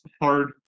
hard